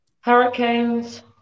Hurricanes